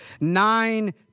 Nine